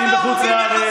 גאונים גדולים.